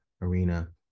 arena